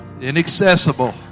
Inaccessible